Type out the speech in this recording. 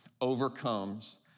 overcomes